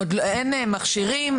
עוד אין מכשירים.